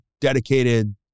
dedicated